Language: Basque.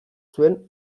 zuen